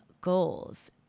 goals